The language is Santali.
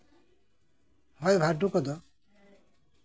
ᱦᱚᱭ ᱵᱷᱟᱨᱰᱳ ᱠᱚᱫᱚ